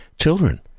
children